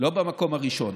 לא במקום הראשון.